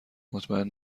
مطمئن